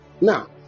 Now